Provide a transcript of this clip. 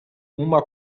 uma